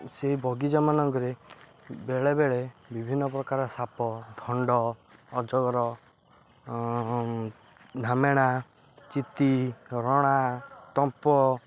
ସେଇ ବଗିଚାମାନଙ୍କରେ ବେଳେବେଳେ ବିଭିନ୍ନ ପ୍ରକାର ସାପ ଧଣ୍ଡ ଅଜଗର ଢ଼ାମେଣା ଚିତି ରଣା ତମ୍ପ